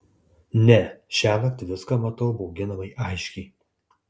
ne šiąnakt viską matau bauginamai aiškiai